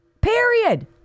Period